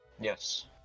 Yes